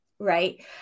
right